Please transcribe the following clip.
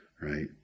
right